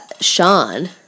Sean